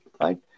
right